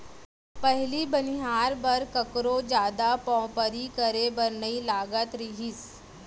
पहिली बनिहार बर कखरो जादा पवपरी करे बर नइ लागत रहिस